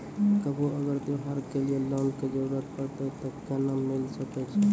कभो अगर त्योहार के लिए लोन के जरूरत परतै तऽ केना मिल सकै छै?